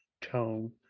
Tone